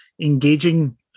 engaging